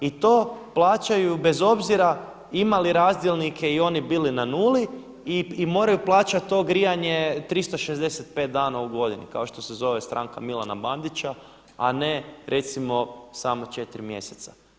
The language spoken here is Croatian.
I to plaćaju bez obzira imali razdjelnike i oni bili na nuli i moraju plaćati to grijanje 365 dana u godini, kao što se zove stranka Milana Bandića, a ne recimo samo četiri mjeseca.